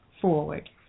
forward